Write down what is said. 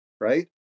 right